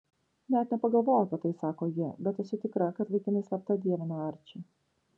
net nepagalvojau apie tai sako ji bet esu tikra kad vaikinai slapta dievina arčį